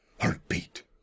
Heartbeat